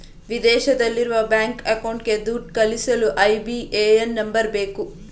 ವಿದೇಶದಲ್ಲಿರುವ ಬ್ಯಾಂಕ್ ಅಕೌಂಟ್ಗೆ ದುಡ್ಡು ಕಳಿಸಲು ಐ.ಬಿ.ಎ.ಎನ್ ನಂಬರ್ ಬೇಕು